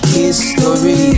history